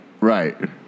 Right